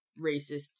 racist